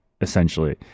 essentially